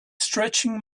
stretching